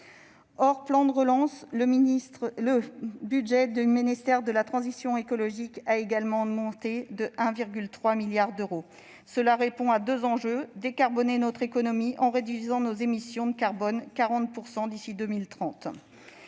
Hors plan de relance, le budget du ministère de la transition écologique augmente de 1,3 milliard d'euros afin de répondre à deux objectifs : décarboner notre économie, en réduisant nos émissions de carbone de 40 % d'ici à 2030,